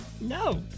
No